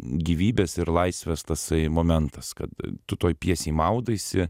gyvybės ir laisvės tasai momentas kad tu toj pjesėj maudaisi